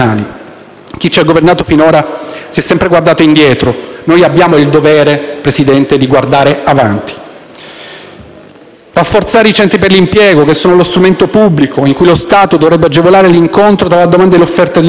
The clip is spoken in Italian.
Chi ci ha governato finora si è sempre guardato indietro. Noi abbiamo il dovere, signor Presidente, di guardare avanti. Occorre rafforzare i centri per l'impiego, che sono lo strumento pubblico in cui lo Stato dovrebbe agevolare l'incontro tra la domanda e l'offerta di lavoro;